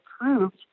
approved